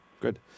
Good